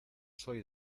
soy